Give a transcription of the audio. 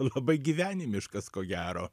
labai gyvenimiškas ko gero